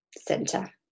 center